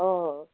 অঁ